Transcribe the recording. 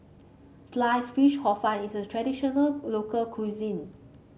Sliced Fish Hor Fun is a traditional local cuisine